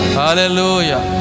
hallelujah